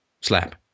slap